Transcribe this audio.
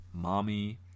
Mommy